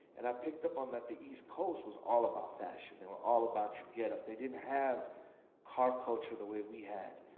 and i picked up on that the east coast was all about fashion. they were all about your getup. they didn't have car culture the way we had.